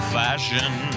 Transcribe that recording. fashion